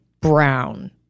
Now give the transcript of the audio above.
brown